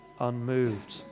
unmoved